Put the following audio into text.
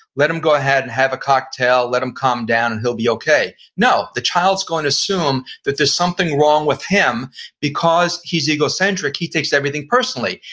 let him go ahead and have a cocktail, let him calm down and he'll be okay. no, the child's going to assume that there's something wrong with him because he's egocentric he takes everything personally.